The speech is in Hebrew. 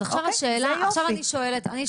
אז עכשיו אני שואלת,